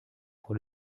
pour